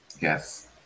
yes